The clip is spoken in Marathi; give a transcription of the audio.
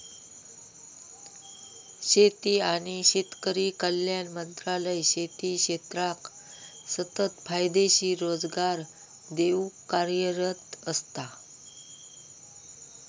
शेती आणि शेतकरी कल्याण मंत्रालय शेती क्षेत्राक सतत फायदेशीर रोजगार देऊक कार्यरत असता